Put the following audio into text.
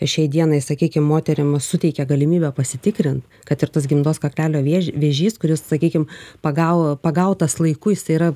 šiai dienai sakykim moterim suteikia galimybę pasitikrint kad ir tas gimdos kaklelio vėž vėžys kuris sakykim pagavo pagautas laiku jisai yra